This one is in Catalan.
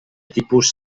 tipus